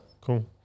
Cool